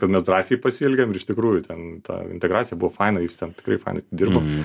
kad mes drąsiai pasielgėm ir iš tikrųjų ten ta integracija buvo faina jis ten tikrai fainai dirbo